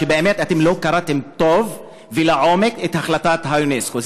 באמת לא קראתם טוב ולעומק את החלטת אונסק"ו.